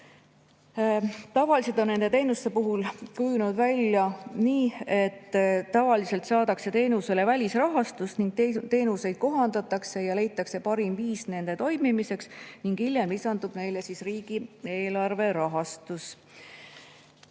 aastaid. Nende teenuste puhul on kujunenud välja nii, et tavaliselt saadakse teenustele välisrahastus, teenuseid kohandatakse ja leitakse parim viis nende toimimiseks ning hiljem lisandub neile riigieelarve rahastus.